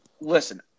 listen